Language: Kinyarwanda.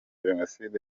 jenoside